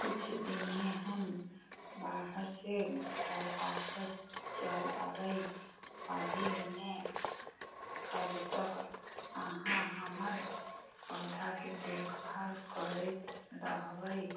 किछु दिन मे हम बाहर से घर वापस चल अबै एही मे तबतक अहाँ हमर पौधा के देखभाल करैत रहबै